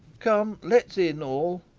come, let's in all.